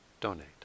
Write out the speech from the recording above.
donate